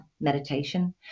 meditation